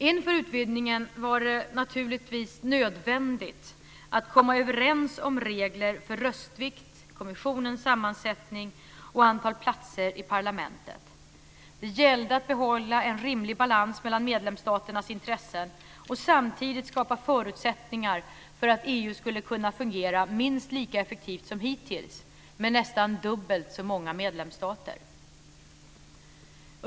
Inför utvidgningen var det naturligtvis nödvändigt att komma överens om regler för röstviktning, kommissionens sammansättning och antal platser i parlamentet. Det gällde att behålla en rimlig balans mellan medlemsstaternas intressen och samtidigt skapa förutsättningar för att EU skulle kunna fungera minst lika effektivt som hittills med nästan dubbelt så många medlemsstater.